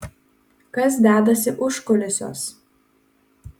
kas dedasi užkulisiuos